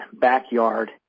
backyard